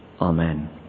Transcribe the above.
Amen